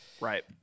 Right